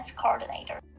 coordinator